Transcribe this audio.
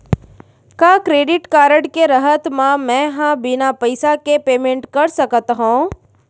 का credit card के रहत म, मैं ह बिना पइसा के पेमेंट कर सकत हो?